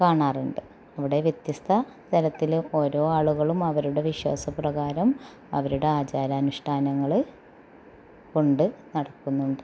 കാണാറുണ്ട് നമ്മുടെ വ്യത്യസ്ത തലത്തിലും ഓരോ ആളുകളും അവരുടെ വിശ്വാസ പ്രകാരം അവരുടെ ആചാര അനുഷ്ടാനങ്ങൾ കൊണ്ട് നടക്കുന്നുണ്ട്